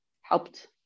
helped